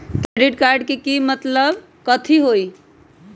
Credit card के मतलब कथी होई?